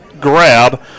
grab